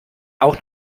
auch